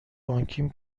بانکیم